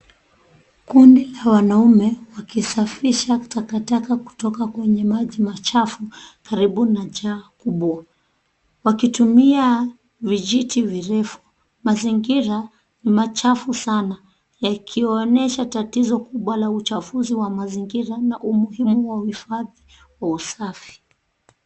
Kundi la wanaume wakisafisha takataka kutoka kwenye maji machafu karibu na chaa kubwa wakitumia vijiti virefu. Mazingira ni machafu sana yakiwaonesha tatizo kubwa la uchafuzi wa mazingira na umuhimu wa uhifadhi wa usafi.